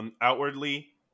outwardly